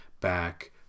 back